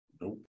Nope